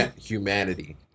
humanity